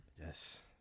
yes